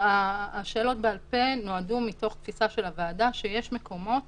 השאלות בעל-פה הן מתוך תפיסה של הוועדה שיש מקומות